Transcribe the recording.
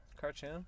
cartoon